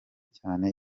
cyane